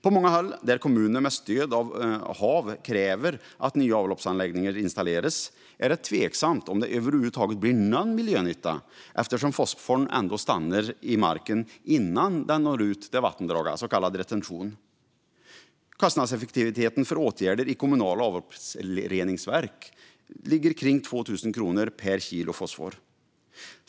På många håll där kommunerna med stöd av Havs och vattenmyndigheten kräver att nya avloppsanläggningar installeras är det tveksamt om det över huvud taget blir någon miljönytta. Fosforn stannar nämligen i marken innan den når vattendragen, så kallad retention. Kostnadseffektiviteten för åtgärder i kommunala avloppsreningsverk ligger kring 2 000 kronor per kilo fosfor.